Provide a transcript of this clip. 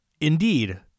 Indeed